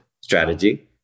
strategy